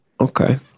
Okay